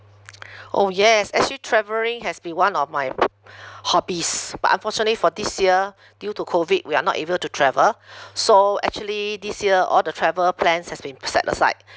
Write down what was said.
oh yes actually travelling has been one of my hobbies but unfortunately for this year due to COVID we are not able to travel so actually this year all the travel plans has been set aside